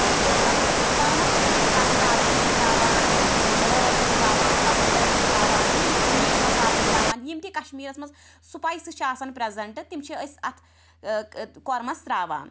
تٔتۍ تتھ کۄرمَس تہِ چھِ أسۍ ترٛاون دالچیٖن چھِس ترٛاوان بٕڈٕ ٲلۍ چھِس ترٛاوان سبٕز ٲلہٕ چھِس ترٛاوان یم میٖٹ مَصالہٕ چھِس ترٛاوان یم تہِ کشمیٖرَس مَنٛز سٕپایسِز چھِ آسان پرٛیٚزَنٹہٕ تِم چھِ أسۍ اتھ ٲں کۄرمَس ترٛاوان